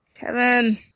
Kevin